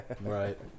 Right